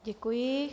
Děkuji.